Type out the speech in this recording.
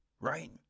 right